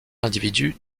individu